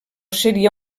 seria